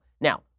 Now